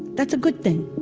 that's a good thing